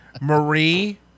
Marie